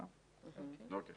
להשבה.